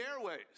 airways